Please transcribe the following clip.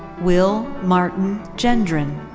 will martin gendron.